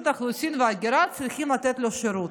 האוכלוסין וההגירה צריכה לתת לו שירות.